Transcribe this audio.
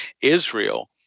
Israel